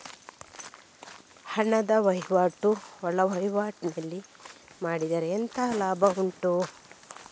ಹಣದ ವಹಿವಾಟು ಒಳವಹಿವಾಟಿನಲ್ಲಿ ಮಾಡಿದ್ರೆ ಎಂತ ಲಾಭ ಉಂಟು?